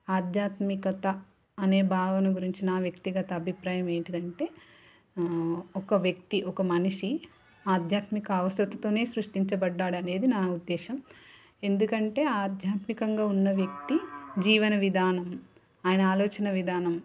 ఆధ్యాత్మికత అనే భావన గురించి నా వ్యక్తిగత అభిప్రాయం ఏంటిదంటే ఒక వ్యక్తి ఒక మనిషి ఆధ్యాత్మిక అవసరంతోనే సృష్టించబడ్డాడు అనేది నా ఉద్దేశం ఎందుకంటే ఆధ్యాత్మికంగా ఉన్న వ్యక్తి జీవన విధానం ఆయన ఆలోచన విధానం